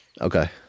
okay